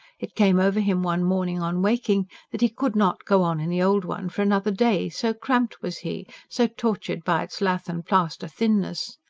it came over him one morning on waking that he could not go on in the old one for another day, so cramped was he, so tortured by its lath-and-plaster thinness.